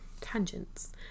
tangents